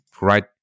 right